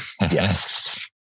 Yes